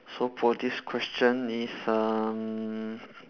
so for this question is um